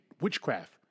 Witchcraft